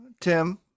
tim